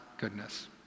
goodness